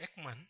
Ekman